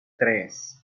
tres